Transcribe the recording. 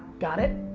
got it?